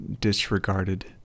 disregarded